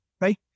right